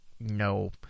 no